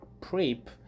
PREP